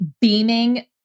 beaming